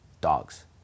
dogs